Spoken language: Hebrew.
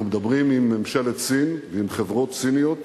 אנחנו מדברים עם ממשלת סין ועם חברות סיניות